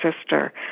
sister